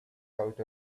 out